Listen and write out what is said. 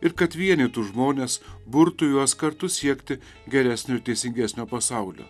ir kad vienytų žmones burtų juos kartu siekti geresnio teisingesnio pasaulio